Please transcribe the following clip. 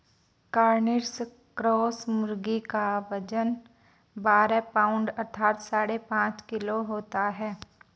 Cornish cross मुर्गी का वजन बारह पाउण्ड अर्थात साढ़े पाँच किलो होता है